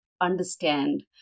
understand